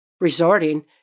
Resorting